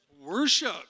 Worship